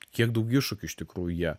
kiek daug iššūkių iš tikrųjų jie